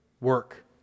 work